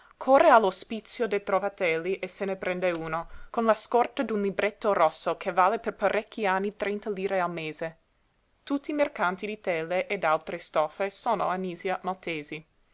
corre all'ospizio dei trovatelli e se ne prende uno con la scorta d'un libretto rosso che vale per parecchi anni trenta lire al mese tutti i mercanti di tele e d'altre stoffe sono a nisia maltesi